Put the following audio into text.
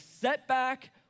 setback